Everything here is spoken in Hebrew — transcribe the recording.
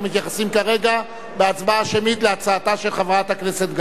אנחנו מתייחסים כרגע בהצבעה השמית להצעתה של חברת הכנסת גלאון,